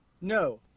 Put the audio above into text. no